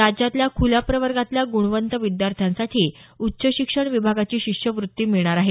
राज्यातल्या खुल्या प्रवर्गातल्या गुणवंत विद्यार्थ्यांसाठी उच्च शिक्षण विभागाची शिष्यवृत्ती मिळणार आहे